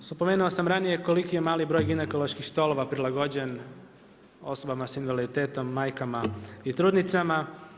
Spomenuo sam ranije koliki je mali broj ginekoloških stolova prilagođen osobama sa invaliditetom, majkama i trudnicama.